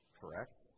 correct